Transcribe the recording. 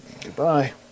Goodbye